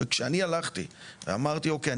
וכשאני הלכתי ואמרתי אוקיי,